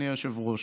היושב-ראש.